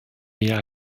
mehr